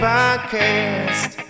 Podcast